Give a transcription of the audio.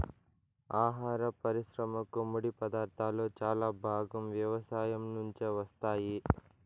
ఆహార పరిశ్రమకు ముడిపదార్థాలు చాలా భాగం వ్యవసాయం నుంచే వస్తాయి